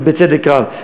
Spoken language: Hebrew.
ובצדק רב.